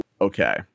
Okay